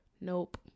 Nope